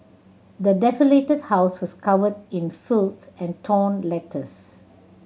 the desolated house was covered in filth and torn letters